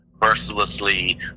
mercilessly